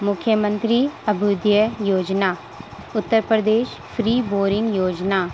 مکھیہ منتری ابھیودیا یوجنا اتر پردیش فری بورنگ یوجنا